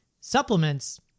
Supplements